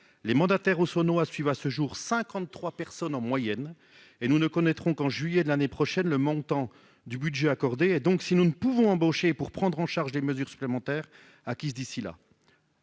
les mandataires Hosono à suivre, à ce jour 53 personnes en moyenne et nous ne connaîtrons qu'en juillet de l'année prochaine, le montant du budget accordé donc si nous ne pouvons embaucher pour prendre en charge les mesures supplémentaires à qui d'ici là.